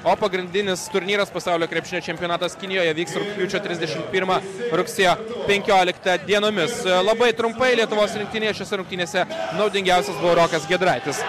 o pagrindinis turnyras pasaulio krepšinio čempionatas kinijoje vyks rugpjūčio trisdešimt pirmą rugsėjo penkioliktą dienomis labai trumpai lietuvos rinktinėje šiose rungtynėse naudingiausias buvo rokas giedraitis